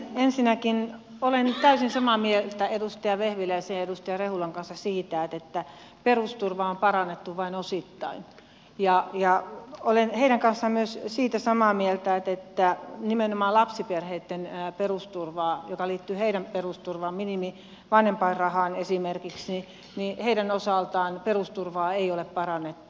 ensinnäkin olen täysin samaa mieltä edustaja vehviläisen ja edustaja rehulan kanssa siitä että perusturvaa on parannettu vain osittain ja olen heidän kanssaan myös siitä samaa mieltä että nimenomaan lapsiperheitten perusturvaa joka liittyy minimivanhempainrahaan esimerkiksi ei ole parannettu